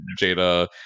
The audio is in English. jada